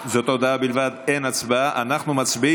וראש ממשלה שעומד בצורה כזאת בוטה ומדבר לגופו